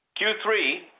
Q3